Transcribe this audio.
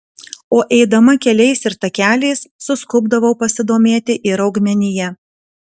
o eidama keliais ir takeliais suskubdavau pasidomėti ir augmenija